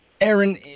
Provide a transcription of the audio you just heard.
Aaron